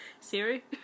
Siri